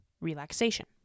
relaxation